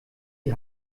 die